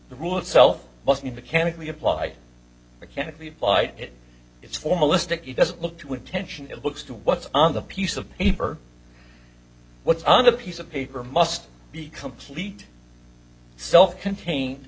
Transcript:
the rule itself must be mechanically applied mechanically applied it is formalistic it doesn't look to attention it looks to what's on the piece of paper what's on a piece of paper must be complete self contained